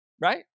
right